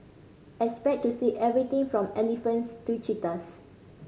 expect to see everything from elephants to cheetahs